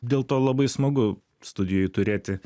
dėl to labai smagu studijoj turėti